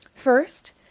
First